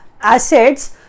assets